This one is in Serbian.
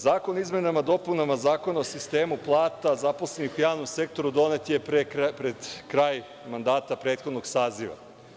Zakon o izmenama i dopunama Zakona o sistemu plata zaposlenih u javnom sektoru donet je pred kraj mandata prethodnog saziva.